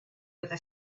other